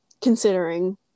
considering